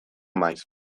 maiz